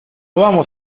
vamos